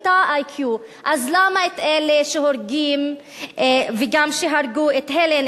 אותו IQ. אז למה את אלה שהורגים וגם שהרגו את הלן,